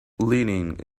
leaning